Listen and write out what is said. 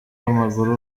w’amaguru